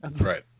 Right